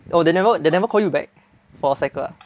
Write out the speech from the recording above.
oh they never never call you back for cycle